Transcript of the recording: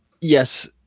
Yes